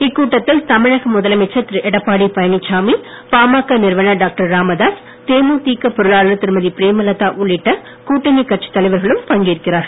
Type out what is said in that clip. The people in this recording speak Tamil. இக்கூட்டத்தில் தமிழக முதலமைச்சர் திரு எடப்பாடி பழனிச்சாமி பாமக நிறுவனர் டாக்டர் ராமதாஸ் தேமுதிக பொருளாளர் திருமதி பிரேமலதா உள்ளிட்ட கூட்டணி கட்சித் தலைவர்களும் பங்கேற்கிறார்கள்